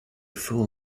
full